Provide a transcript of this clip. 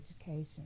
education